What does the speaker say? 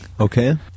Okay